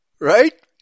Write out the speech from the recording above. right